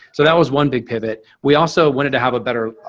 so that was one big pivot. we also wanted to have a better,